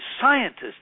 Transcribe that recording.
scientists